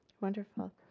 Wonderful